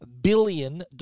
billion